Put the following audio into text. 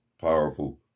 powerful